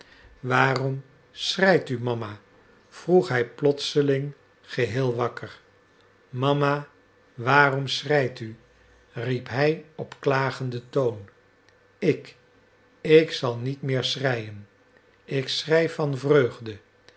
waarom schreit u mama vroeg hij plotseling geheel wakker mama waarom schreit u riep hij op klagenden toon ik ik zal niet meer schreien ik schrei van vreugde